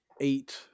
eight